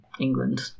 England